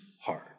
heart